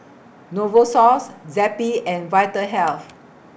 Novosource Zappy and Vitahealth